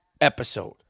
episode